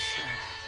שתי דקות